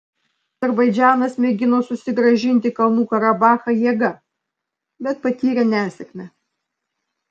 azerbaidžanas mėgino susigrąžinti kalnų karabachą jėga bet patyrė nesėkmę